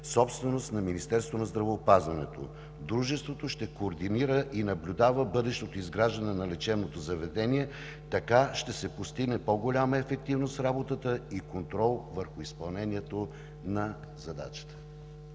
на Министерството на здравеопазването. Дружеството ще координира и наблюдава бъдещото изграждане на лечебното заведение, така ще се постигне по-голяма ефективност в работата и контрол върху изпълнението на задачата.